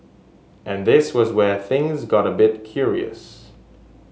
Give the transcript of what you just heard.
and this was where things got a bit curious